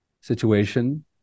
situation